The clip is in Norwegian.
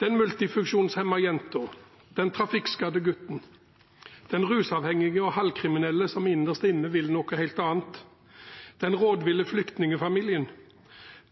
den multifunksjonshemmede jenta, den trafikkskadde gutten, den rusavhengige og halvkriminelle som innerst inne vil noe helt annet, den rådville flyktningfamilien,